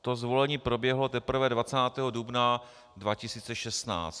To zvolení proběhlo teprve 20. dubna 2016.